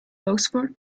oxford